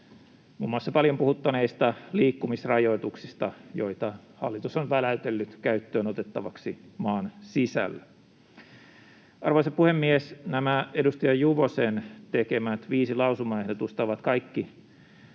muun muassa paljon puhuttaneista liikkumisrajoituksista, joita hallitus on väläytellyt käyttöön otettavaksi maan sisällä. Arvoisa puhemies! Nämä edustaja Juvosen tekemät viisi lausumaehdotusta ovat kaikki